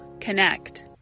connect